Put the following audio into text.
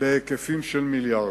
בהיקפים של מיליארדים.